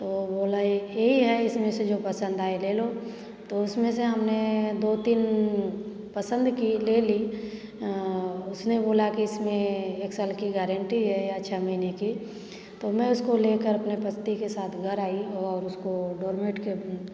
तो वो बोला एक ही है इसमें से जो पसंद आए ले लो तो उसमें से हमने दो तीन पसंद किए ले ली उसने बोला कि इसमें एक साल की गारेंटी है या छ महीने की तो मैं उसको लेकर अपने पति के साथ घर आई और उसको डोलमेट के